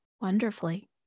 Wonderfully